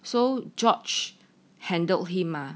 so george handled him mah